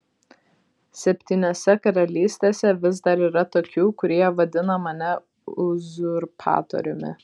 septyniose karalystėse vis dar yra tokių kurie vadina mane uzurpatoriumi